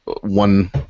one